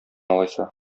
алайса